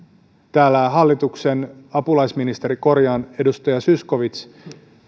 täällä hallituksen apulaisministeri korjaan edustaja zyskowicz